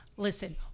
Listen